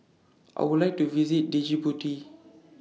I Would like to visit Djibouti